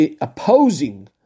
opposing